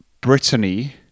Brittany